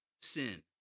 sin